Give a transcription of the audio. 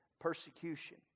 persecution